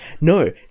No